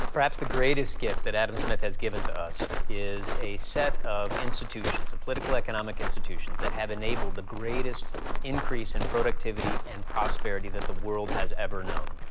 perhaps the greatest gift that adam smith has given to us is a set of institutions, and political economic institutions that have enabled the greatest increase in productivity and prosperity that the world has ever known.